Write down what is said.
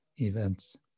events